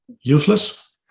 useless